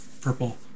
purple